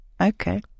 Okay